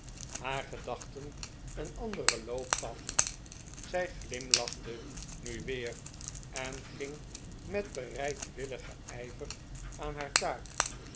haar gedachten een anderen loop gaf zij glimlach te nu weer en ging met bereidwilligen ijver aan haar taak